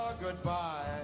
goodbye